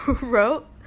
wrote